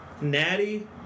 Natty